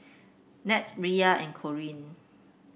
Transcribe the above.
Nat Riya and Corinne